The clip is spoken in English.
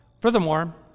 Furthermore